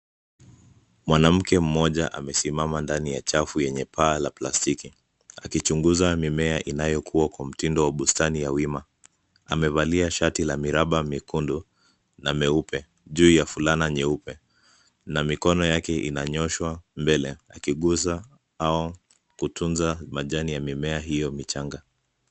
Mwanamke mmoja amesimama ndani ya chafu yenye paa la plastiki akichunguza mimea inayokuwa kwa mtindo wa bustani ya wima. Amevalia shati la miraba mekundu na meupe juu ya fulana nyeupe na mikono yake inanyooshwa mbele akiguza au kutunza majani ya mimea hiyo michanga.